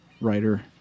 writer